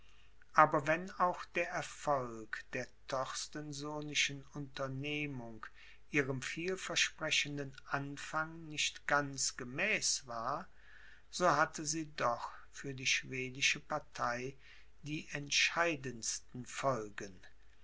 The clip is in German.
aber wenn auch der erfolg der torstensonischen unternehmung ihrem vielversprechenden anfang nicht ganz gemäß war so hatte sie doch für die schwedische partei die entscheidensten folgen